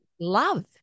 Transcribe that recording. love